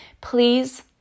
Please